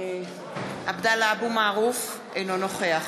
עבדאללה אבו מערוף, אינו נוכח